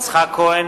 יצחק כהן,